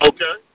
Okay